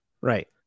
Right